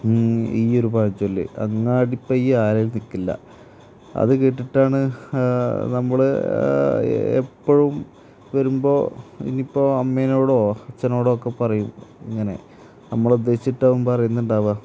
ഈയൊരു പഴഞ്ചൊല്ല് അങ്ങാടി പയ്യ് ആലിൽ നിൽക്കില്ല അത് കേട്ടിട്ടാണ് നമ്മൾ എപ്പോഴും വരുമ്പോൾ ഇനി ഇപ്പോൾ അമ്മേനോടോ അച്ഛനോടോ ഒക്കെ പറയും ഇങ്ങനെ നമ്മളെ ഉദ്ദേശിച്ചിട്ടാവും പറയുന്നുണ്ടാവുക